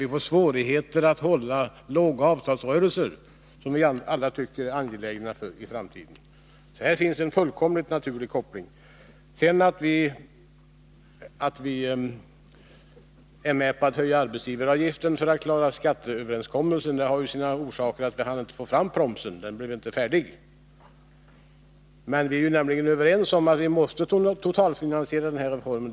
Vi får svårigheter att hålla ”låga” avtalsrörelser, vilket vi alla tycker är angeläget i framtiden. Här finns en fullkomligt naturlig koppling. Att vi är med på att höja arbetsgivaravgifterna för att klara skatteöverens kommelsen har ju sina orsaker. Vi hann inte få fram promsen. Den blev inte färdig. Men vi håller med om att man måste totalfinansiera reformen.